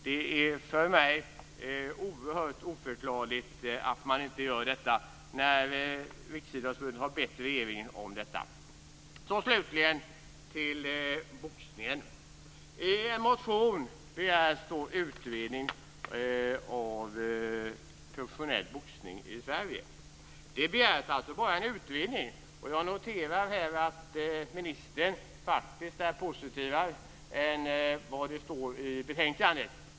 Det är för mig oerhört oförklarligt att man inte gör detta, när Riksidrottsförbundet har bett regeringen om det. Slutligen går jag över till boxningen. I en motion begärs utredning av professionell boxning i Sverige. Det begärs alltså bara en utredning, och jag noterar att ministern här faktiskt är positivare än vad som står i betänkandet.